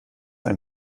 ein